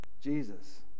jesus